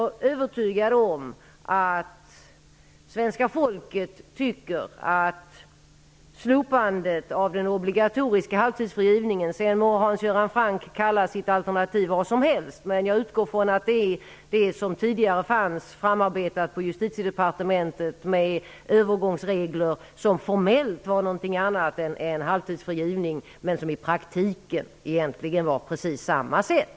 Hans Göran Franck må kalla sitt alternativ vad som helst, men jag utgår ifrån att han talar om det förslag som tidigare framarbetats på Justitiedepartementet. Där föreslogs övergångsregler som formellt var någonting annat än halvtidsfrigivning, men som i praktiken egentligen var precis samma sak.